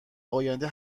آینده